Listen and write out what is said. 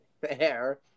Fair